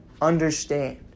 understand